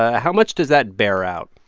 ah how much does that bear out?